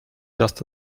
just